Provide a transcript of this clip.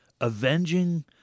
avenging